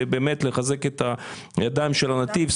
באמת לחזק את הידיים של נתיב,